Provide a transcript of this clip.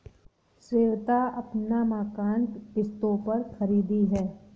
श्वेता अपना मकान किश्तों पर खरीदी है